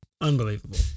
Unbelievable